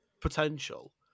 potential